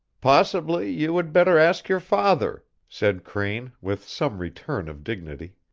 possibly you would better ask your father, said crane, with some return of dignity.